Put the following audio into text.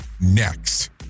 next